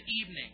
evening